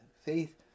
Faith